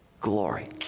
glory